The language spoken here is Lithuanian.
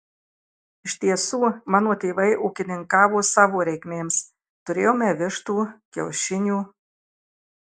iš tiesų mano tėvai ūkininkavo savo reikmėms turėjome vištų kiaušinių